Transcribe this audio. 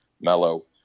mellow